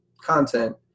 content